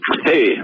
Hey